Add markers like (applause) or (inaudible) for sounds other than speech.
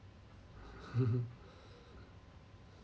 (laughs)